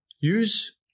Use